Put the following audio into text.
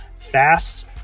fast